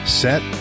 set